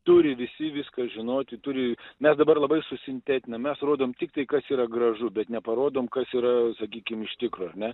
turi visi viską žinoti turi nes dabar labai susintetinam mes rodom tiktai kas yra gražu bet neparodom kas yra sakykim iš tikro ne